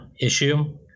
issue